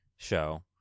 show